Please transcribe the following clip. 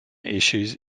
issues